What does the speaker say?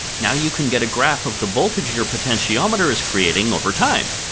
now you can get a graph of the voltage your potentiometer is creating over time.